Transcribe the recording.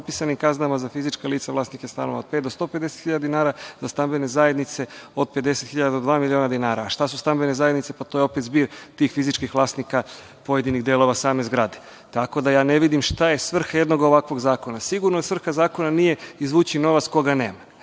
propisanim kaznama za fizička lica vlasnike stanova od pet do 150 hiljada dinara, do stambene zajednice od 50 hiljada do dva miliona dinara. A, šta su stambene zajednice? Pa, to je opet zbir tih fizičkih vlasnika pojedinih delova same zgrade. Tako da, ja ne vidim šta je svrha jednog ovakvog zakona. Sigurno svrha zakona nije izvući novac koga nema.